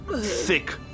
thick